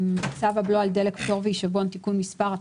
צו הבלו על דלק (הטלת בלו)(תיקון מס' 3),